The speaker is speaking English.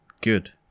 Good